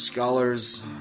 Scholars